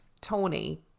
Tony